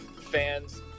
fans